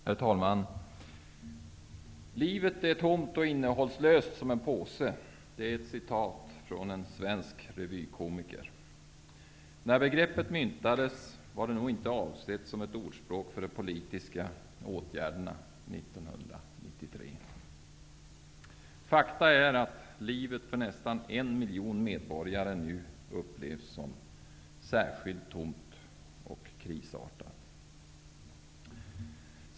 Herr talman! Livet är tomt och innehållslöst som en påse. Det är ett citat av en svensk revyko miker. När begreppet myntades var det nog inte avsett som ett ordspråk som syftar på politiska åt gärder 1993. Fakta är att livet av nästan 1 miljon medborgare nu upplevs som särskilt tomt och kri sartat.